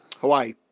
Hawaii